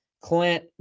Clint